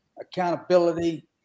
accountability